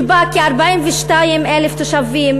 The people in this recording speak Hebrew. שבה כ-42,000 תושבים,